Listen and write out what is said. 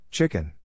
Chicken